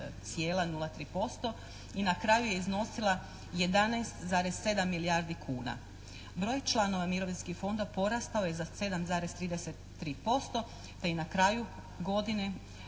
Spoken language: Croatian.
i na kraju je iznosila 11,7 milijardi kuna. Broj članova mirovinskih fondova porastao je za 7,33% te je na kraju godine